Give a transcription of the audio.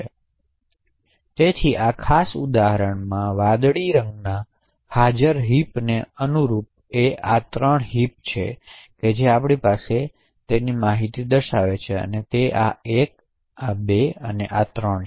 heap તેથી આ ખાસ ઉદાહરણ વાદળીમાં હાજર હિપને અનુરૂપ છે અહી 3 હિપ હાજર છે તેથી આપણી પાસે 3 હિપ માહિતી માળખાં છે આ 1 આ 2 અને આ 3 છે